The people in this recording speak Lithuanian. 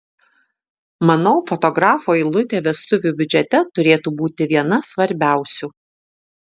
manau fotografo eilutė vestuvių biudžete turėtų būti viena svarbiausių